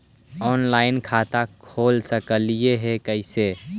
Online खाता कैसे खोल सकली हे कैसे?